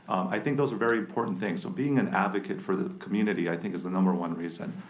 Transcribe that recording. i think those are very important things. so being an advocate for the community i think is the number one reason.